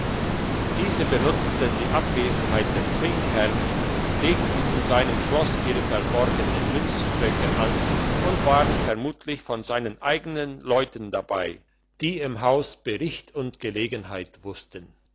diese benutzten die abwesenheit des zwingherrn legten in seinem schloss ihre verborgenen münzstöcke an und waren vermutlich von seinen eigenen leuten dabei die im haus bericht und gelegenheit wussten